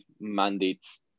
mandates